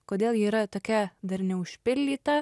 kodėl ji yra tokia dar neužpildyta